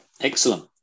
excellent